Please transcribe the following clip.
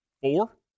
four